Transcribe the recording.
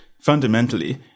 fundamentally